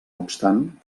obstant